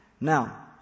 Now